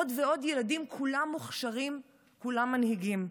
עוד ועוד ילדים, כולם מוכשרים, כולם מנהיגים,